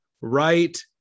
right